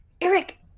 eric